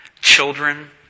Children